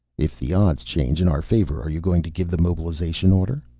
if the odds change in our favor are you going to give the mobilization order?